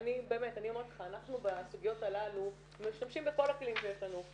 אנחנו בסוגיות הללו משתמשים בכל הכלים שיש לנו.